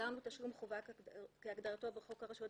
הגדרנו ""תשלום חובה" כהגדרתו בחוק הרשויות